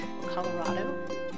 Colorado